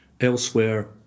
elsewhere